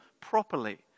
properly